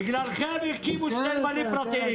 בגללכם הקימו שני נמלים פרטיים,